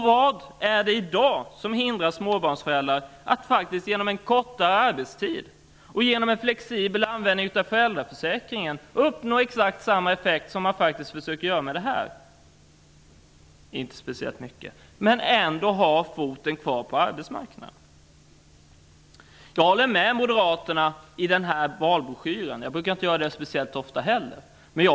Vad är det i dag som hindrar småbarnsföräldrar att genom kortare arbetstid och genom en flexibel användning av föräldraförsäkringen uppnå exakt samma effekt som man försöker uppnå med det här förslaget men att ändå ha en fot kvar på arbetsmarknaden? Det är inte speciellt mycket. Jag håller med om det som Moderaterna säger i valbroschyren -- jag brukar inte hålla med dem speciellt ofta.